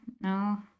no